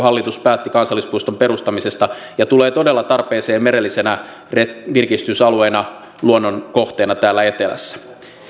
hallitus päätti kansallispuiston perustamisesta ja se tulee todella tarpeeseen merellisenä virkistysalueena luonnonkohteena täällä etelässä